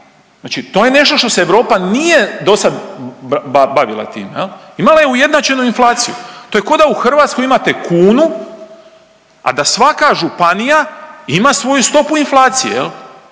znači to je nešto što se Europa nije do sad bavila tim, imala je ujednačenu inflaciju. To je ko da u Hrvatskoj imate kunu, a da svaka županija ima svoju stopu inflacije,